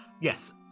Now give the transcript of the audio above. Yes